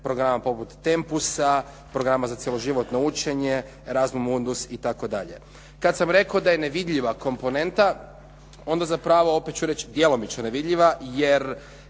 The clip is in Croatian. programa poput Tempusa, programa za cjeloživotno učenje … /Govornik se ne razumije./ … i tako dalje. Kad sam rekao da je nevidljiva komponenta, onda zapravo opet ću reći djelomično nevidljiva